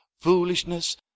foolishness